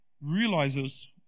realizes